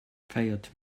feiert